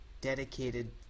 dedicated